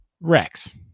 REX